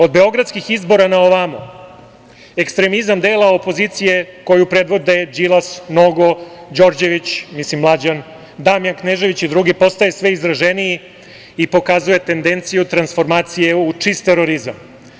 Od beogradskih izbora, pa na ovamo, ekstremizam dela opozicije koju predvode Đilas, Nogo, Đorđević, mislim Mlađan, Damjan Knežević i drugi postaje sve izraženiji i pokazuje tendenciju transformacije u čist terorizam.